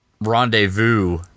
rendezvous